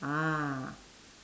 ah